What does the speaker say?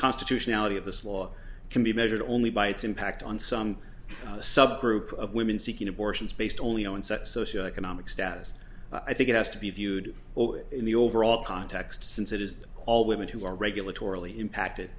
constitutionality of this law can be measured only by its impact on some subgroup of women seeking abortions based only on sex socioeconomic status i think it has to be viewed in the overall context since it is all women who are regulatory impacted